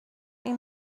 این